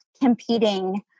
competing